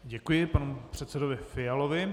Děkuji panu předsedovi Fialovi.